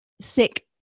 sick